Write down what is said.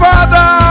Father